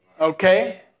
Okay